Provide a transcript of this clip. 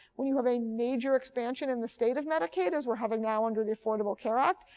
when you have a major expansion in the state of medicaid as we're having now under the affordable care act,